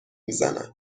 میزنن